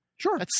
Sure